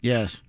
Yes